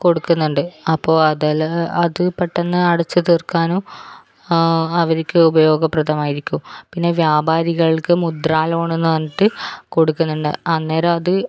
കൊടുക്കുന്നുണ്ട് അപ്പോൾ അതിൽ അത് പെട്ടെന്ന് അടച്ചു തീർക്കാനും അവർക്ക് ഉപയോഗപ്രദമായിരിക്കും പിന്നെ വ്യാപാരികൾക്ക് മുദ്രാ ലോൺണെന്ന് പറഞ്ഞിട്ട് കൊടുക്കുന്നുണ്ട് അന്നേരം അത്